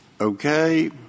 okay